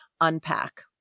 unpack